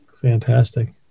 Fantastic